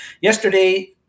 Yesterday